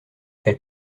elle